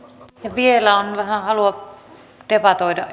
vielä on vähän halua debatoida